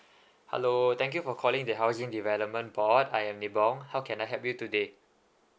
hello thank you for calling the housing development board I am nibong how can I help you today